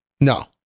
No